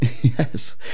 Yes